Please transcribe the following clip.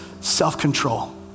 self-control